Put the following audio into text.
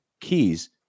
keys